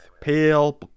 pale